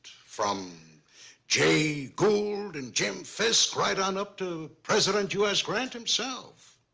from jay gould and jim fisk right on up to president u s. grant himself.